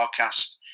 podcast